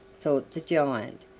thought the giant,